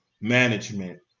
management